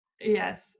Yes